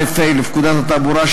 69א(ה) לפקודת התעבורה,